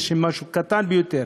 איזשהו משהו קטן ביותר,